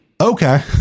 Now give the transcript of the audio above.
Okay